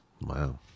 Wow